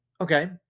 okay